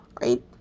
right